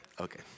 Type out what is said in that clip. Okay